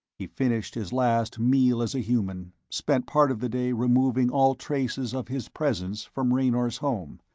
he finished his last meal as a human, spent part of the day removing all traces of his presence from raynor's home,